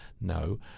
no